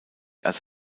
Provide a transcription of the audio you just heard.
als